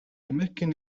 америкийн